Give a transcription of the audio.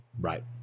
Right